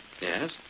Yes